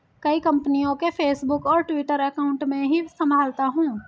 कई कंपनियों के फेसबुक और ट्विटर अकाउंट मैं ही संभालता हूं